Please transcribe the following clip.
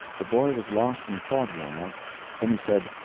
the boy was lost in thought awhile then he said,